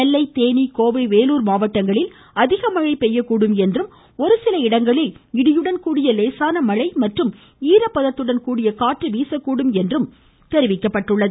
நெல்லை தேனி கோவை வேலூர் மாவட்டங்களில் அதிக மழை பெய்யக்கூடும் என்றும் ஒரு சில இடங்களில் இடியுடன் கூடிய லேசான மழை மற்றும் ஈரப்பதத்துடன் கூடிய காற்று வீசக்கூடும் என்றும் தெரிவித்துள்ளது